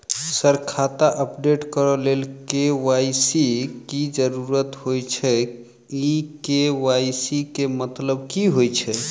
Sir खाता update करऽ लेल के.वाई.सी की जरुरत होइ छैय इ के.वाई.सी केँ मतलब की होइ छैय?